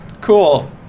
Cool